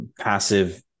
passive